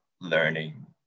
learning